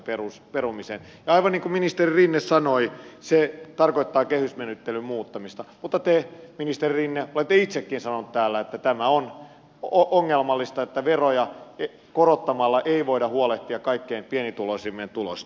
ja aivan niin kuin ministeri rinne sanoi se tarkoittaa kehysmenettelyn muuttamista mutta te ministeri rinne olette itsekin sanonut täällä että tämä on ongelmallista että veroja korottamalla ei voida huolehtia kaikkein pienituloisimpien tulosta